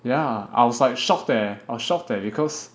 ya I was like shocked eh I was shocked eh because